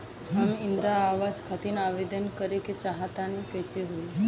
हम इंद्रा आवास खातिर आवेदन करे क चाहऽ तनि कइसे होई?